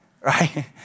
Right